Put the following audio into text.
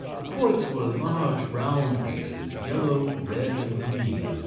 the quoits were large round pieces, yellow, red, and green,